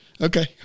Okay